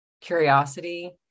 curiosity